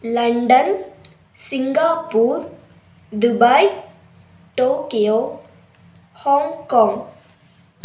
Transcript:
London Singapore Dubai Tokyo Hong Kong